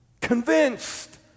convinced